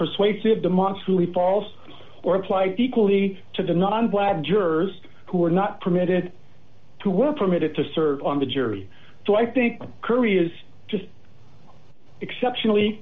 unpersuasive demonstrably false or apply equally to the non black jurors who were not permitted to were permitted to serve on the jury so i think curry is just exceptionally